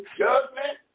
judgment